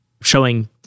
showing